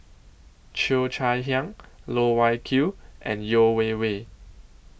Cheo Chai Hiang Loh Wai Kiew and Yeo Wei Wei